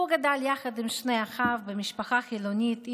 גדל יחד עם שני אחיו במשפחה חילונית,